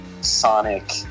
sonic